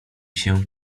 się